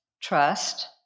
trust